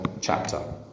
chapter